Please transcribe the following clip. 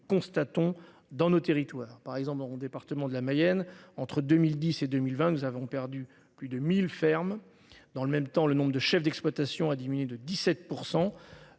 constatons dans nos territoires, par exemple, dans mon département de la Mayenne. Entre 2010 et 2020, nous avons perdu plus de 1000 fermes dans le même temps le nombre de chefs d'exploitation a diminué de 17%.